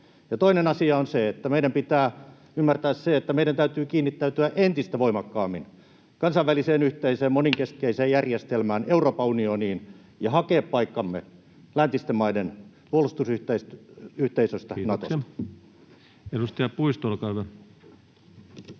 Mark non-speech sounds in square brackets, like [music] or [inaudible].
toinen asia on se, että meidän pitää ymmärtää se, että meidän täytyy kiinnittäytyä entistä voimakkaammin kansainväliseen yhteiseen monenkeskeiseen järjestelmään, [noise] Euroopan unioniin, ja hakea paikkamme läntisten maiden puolustusyhteisöstä Natosta. [Speech 25] Speaker: